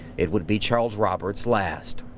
it would be charles roberts' last.